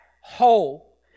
whole